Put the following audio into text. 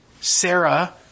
Sarah